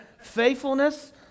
faithfulness